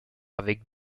avec